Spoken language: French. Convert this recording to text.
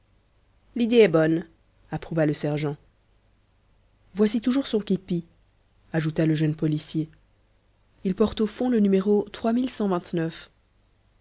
l'idée est bonne approuva le sergent voici toujours son képi ajouta le jeune policier il porte au fond le numéro